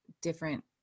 different